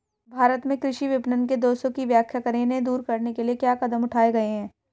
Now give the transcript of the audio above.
भारत में कृषि विपणन के दोषों की व्याख्या करें इन्हें दूर करने के लिए क्या कदम उठाए गए हैं?